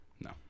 No